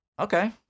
okay